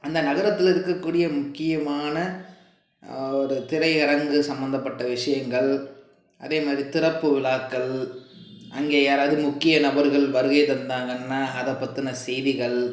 அந்த நகரத்தில் இருக்கக்கூடிய முக்கியமான ஒரு திரையரங்கு சம்மந்தப்பட்ட விஷயங்கள் அதே மாதிரி திறப்பு விழாக்கள் அங்கே யாராவது முக்கிய நபர்கள் வருகை தந்தாங்கன்னா அதை பற்றின செய்திகள்